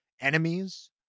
enemies